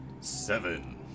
Seven